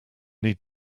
need